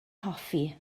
hoffi